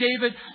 David